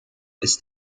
ist